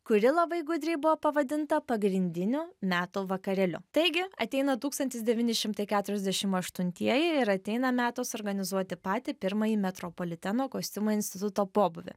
kuri labai gudriai buvo pavadinta pagrindiniu metų vakarėliu taigi ateina tūkstantis devyni šimtai keturiasdešim aštuntieji ir ateina metas organizuoti patį pirmąjį metropoliteno kostiumų instituto pobūvį